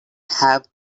have